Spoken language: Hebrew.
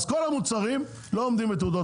אם כך, כל המוצרים לא עומדים בתעודת מקור.